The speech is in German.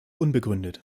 unbegründet